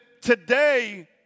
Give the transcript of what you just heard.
today